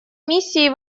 миссии